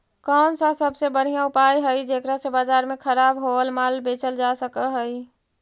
कौन सा सबसे बढ़िया उपाय हई जेकरा से बाजार में खराब होअल माल बेचल जा सक हई?